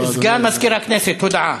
סגן מזכירת הכנסת, הודעה.